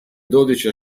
dodici